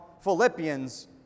Philippians